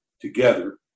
together